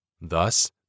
Thus